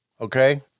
Okay